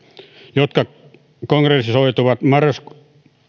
jotka konkretisoituivat marraskuussa